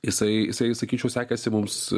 jisai jisai sakyčiau sekasi mums